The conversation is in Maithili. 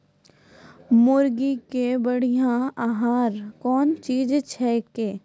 मुर्गी के बढ़िया आहार कौन चीज छै के?